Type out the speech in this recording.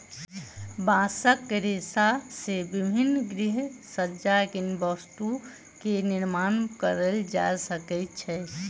बांसक रेशा से विभिन्न गृहसज्जा के वस्तु के निर्माण कएल जा सकै छै